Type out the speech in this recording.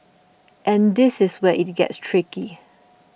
and this is where it gets tricky